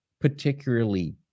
particularly